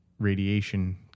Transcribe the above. Radiation